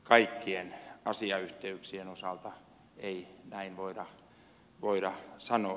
kaikkien asiayhteyksien osalta ei näin voida sanoa